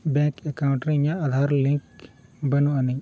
bank account ᱨᱮ ᱤᱧᱟᱹᱜ Aadhaar link ᱵᱟᱹᱱᱩᱜ ᱟᱹᱱᱤᱡ